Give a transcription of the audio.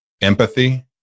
empathy